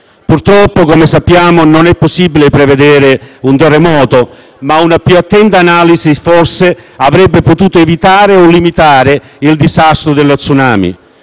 Purtroppo, come sappiamo, non è possibile prevedere un terremoto, ma una più attenta analisi, forse, avrebbe potuto evitare o limitare il disastro dello tsunami.